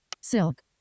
Silk